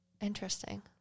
Interesting